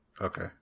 okay